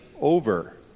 over